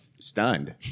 stunned